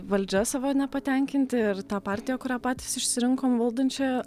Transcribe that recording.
valdžia savo nepatenkinti ir ta partija kurią patys išsirinkom valdančiąja